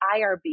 IRB